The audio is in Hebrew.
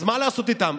אז מה לעשות איתם?